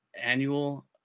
annual